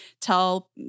Tell